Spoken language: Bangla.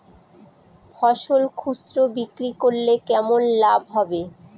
ফসল খুচরো বিক্রি করলে কেমন লাভ হবে?